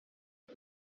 das